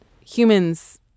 humans